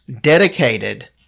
dedicated